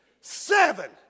Seven